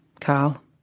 Carl